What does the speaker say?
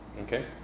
okay